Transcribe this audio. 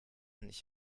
nicht